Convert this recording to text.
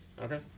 Okay